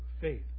faith